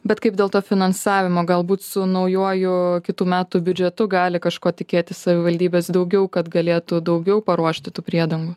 bet kaip dėl to finansavimo galbūt su naujuoju kitų metų biudžetu gali kažko tikėtis savivaldybės daugiau kad galėtų daugiau paruošti tų priedangų